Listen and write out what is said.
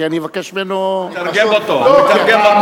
כי אני אבקש ממנו, לא, אני, לתרגם אותו.